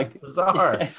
Bizarre